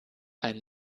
ein